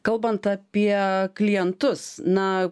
kalbant apie klientus na